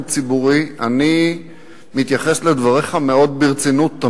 ציבורי אני תמיד מתייחס לדבריך מאוד ברצינות,